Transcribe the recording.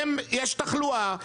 יש תחלואה,